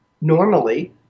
normally